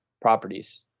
properties